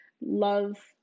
love